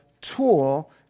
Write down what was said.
tool